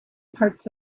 parts